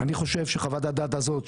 אני חושב שחוות הדעת הזאת,